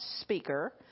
speaker